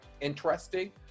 interesting